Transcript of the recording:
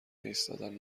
ایستادن